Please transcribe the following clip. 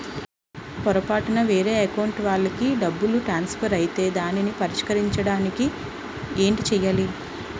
పొరపాటున వేరే అకౌంట్ వాలికి డబ్బు ట్రాన్సఫర్ ఐతే దానిని పరిష్కరించడానికి ఏంటి చేయాలి?